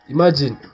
Imagine